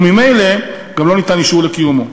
וממילא גם לא ניתן אישור לקיומו.